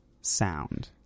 sound